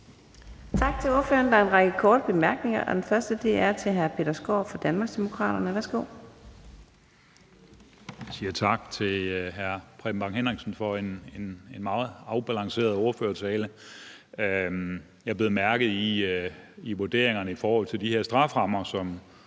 Tak til ordføreren. Der er en række korte bemærkninger, og den første er til hr. Peter Skaarup fra Danmarksdemokraterne. Værsgo. Kl. 16:27 Peter Skaarup (DD): Jeg siger tak til hr. Preben Bang Henriksen for en meget afbalanceret ordførertale. Jeg bed mærke i vurderingerne i forhold til de her strafferammer, som